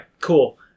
Cool